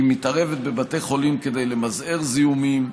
היא מתערבת בבתי חולים כדי למזער זיהומים.